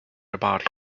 about